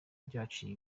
ryaciye